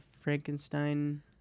Frankenstein